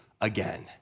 again